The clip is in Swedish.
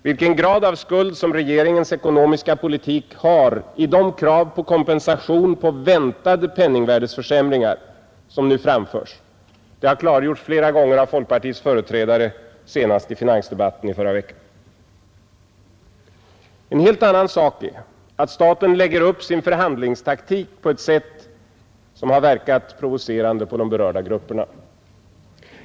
Vilken grad av skuld som regeringens ekonomiska politik har i de krav på kompensation för väntade penningvärdeförsämringar som nu framförts har klargjorts flera gånger av folkpartiets företrädare, senast i finansdebatten i förra veckan. En helt annan sak är att staten lägger upp sin förhandlingstaktik på ett sätt som verkat provocerande på de berörda organisationerna.